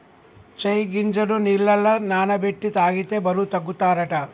చై గింజలు నీళ్లల నాన బెట్టి తాగితే బరువు తగ్గుతారట